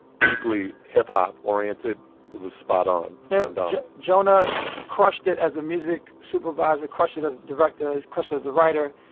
deeply hip-hop-oriented, it was spot on yeah and jonah crushed it as a music supervisor, crushed it as a director, crushed it as a writer.